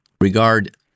regard